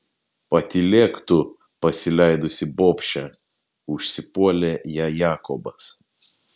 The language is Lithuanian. patylėk tu pasileidusi bobše užsipuolė ją jakobas